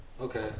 okay